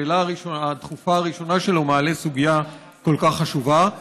שבשאלה הדחופה הראשונה שלו הוא מעלה סוגיה כל כך חשובה.